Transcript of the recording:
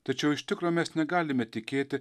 tačiau iš tikro mes negalime tikėti